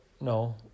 no